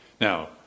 Now